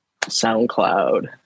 SoundCloud